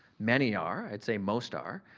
many are. i'd say most are.